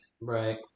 Right